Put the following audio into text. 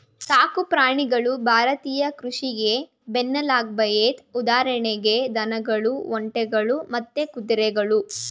ಸಾಕು ಪ್ರಾಣಿಗಳು ಭಾರತೀಯ ಕೃಷಿಗೆ ಬೆನ್ನೆಲ್ಬಾಗಯ್ತೆ ಉದಾಹರಣೆಗೆ ದನಗಳು ಒಂಟೆಗಳು ಮತ್ತೆ ಕುದುರೆಗಳು